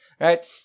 right